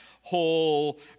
whole